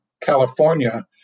California